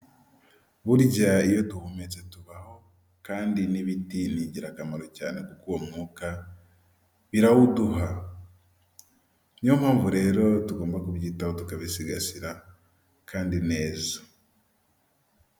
Burya iyo duhumetse tubaho kandi n'ibiti ni ingirakamaro cyane kuko uwo mwuka birawuduha, niyo mpamvu rero tugomba kubyitaho tukabisigasira kandi neza.